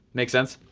make sense?